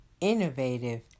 innovative